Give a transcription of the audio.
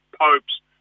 popes